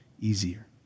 easier